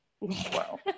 wow